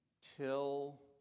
Till